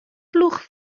blwch